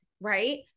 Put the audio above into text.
right